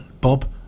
bob